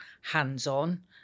hands-on